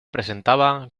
presentaba